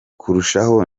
kurushaho